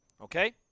Okay